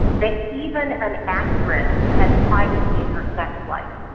that even an actress has privacy in her sex life.